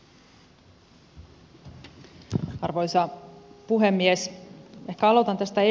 ehkä aloitan tästä espanjasta